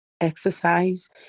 Exercise